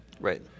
Right